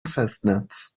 festnetz